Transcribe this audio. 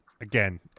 again